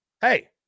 hey